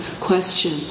question